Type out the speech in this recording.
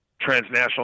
transnational